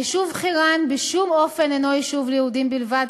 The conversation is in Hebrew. היישוב חירן בשום אופן אינו יישוב ליהודים בלבד,